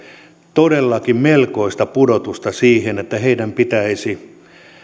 todellakin melkoista pudotusta siihen että heidän pitäisi